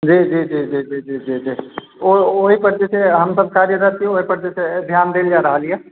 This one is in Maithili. जी जी जी जी जी जी जी ओहिपर जे छै हमसब कार्यरतो ओहिपर जे छै ध्यान देल जा रहल यऽ